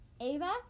Ava